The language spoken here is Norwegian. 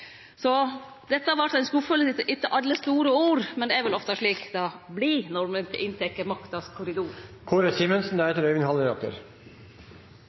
Så dette vart ein skuffelse etter alle store ord, men det er vel ofte slik det vert når ein inntek maktas korridor. Regjeringen påstår at NTP-forslaget er